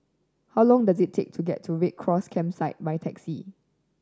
how long does it take to get to Red Cross Campsite by taxi